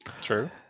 True